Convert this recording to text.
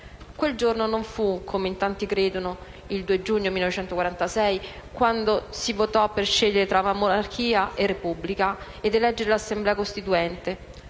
Quel giorno non fu, come in tanti credono, il 2 giugno 1946, quando si votò per scegliere tra monarchia e Repubblica ed eleggere l'Assemblea costituente.